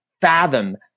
fathom